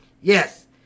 Yes